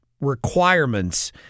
requirements